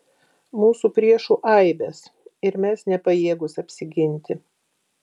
mūsų priešų aibės ir mes nepajėgūs apsiginti